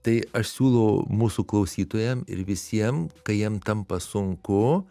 tai aš siūlau mūsų klausytojam ir visiem kai jiem tampa sunku